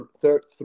third